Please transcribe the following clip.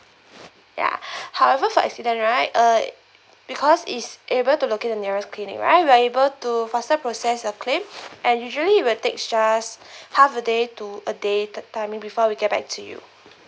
ya however for accident right uh because is able to locate the nearest clinic right we are able to faster process a claim and usually will takes just half a day to a day timing before we get back to you